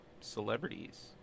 celebrities